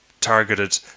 targeted